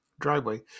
driveway